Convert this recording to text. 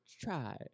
try